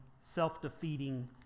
self-defeating